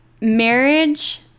marriage